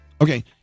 Okay